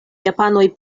japanoj